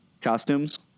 costumes